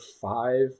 five